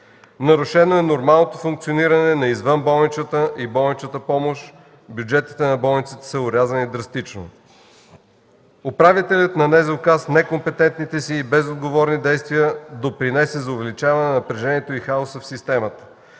Нарушено е нормалното функциониране на извънболничната и болничната помощ, бюджетите на болниците са орязани драстично. Управителят на НЗОК с некомпетентните си и безотговорни действия допринесе за увеличаване на напрежението и хаоса в системата.